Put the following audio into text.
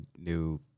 new